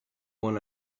one